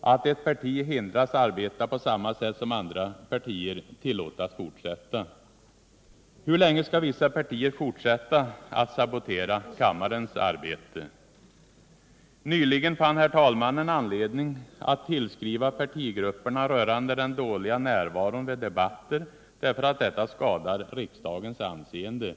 att ett parti hindras arbeta på samma sätt som andra partier, tillåtas fortsätta? Hur länge skall vissa partier fortsätta att sabotera kammarens arbete? Nyligen fann talmannen anledning att tillskriva partigrupperna rörande den dåliga närvaron vid debatter, därför att detta skadar riksdagens anseende.